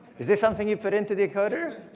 is this something you put into decoder?